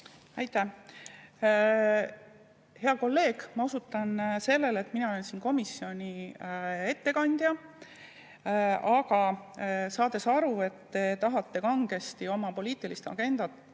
Aitäh! Hea kolleeg, ma osutan sellele, et mina olen siin komisjoni ettekandja. Aga saades aru, et te tahate kangesti oma poliitilist agendat